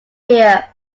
fear